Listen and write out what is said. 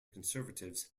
conservatives